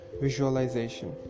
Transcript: visualization